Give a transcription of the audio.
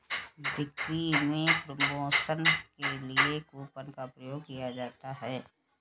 बिक्री में प्रमोशन के लिए कूपन का प्रयोग किया जाता है